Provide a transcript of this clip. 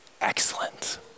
excellent